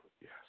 yes